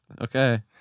Okay